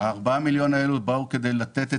4 מיליון השקלים הללו באו כדי לתת את